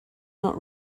not